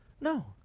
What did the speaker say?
no